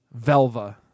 Velva